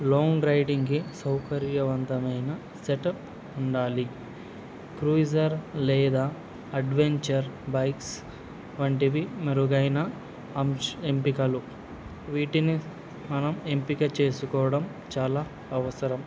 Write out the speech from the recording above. long రైడింగ్కి సౌకర్యవంతమైన setup ఉండాలి క్రూజర్ లేదా అడ్వెంచర్ బైక్స్ వంటివి మెరుగైన అంశ ఎంపికలు వీటిని మనం ఎంపిక చేసుకోవడం చాలా అవసరం